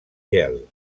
gel